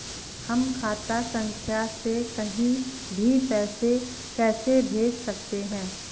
हम खाता संख्या से कहीं भी पैसे कैसे भेज सकते हैं?